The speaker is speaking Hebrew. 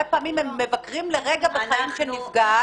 פעמים הם מבקרים לרגע בחיים של נפגעת,